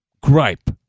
gripe